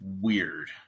weird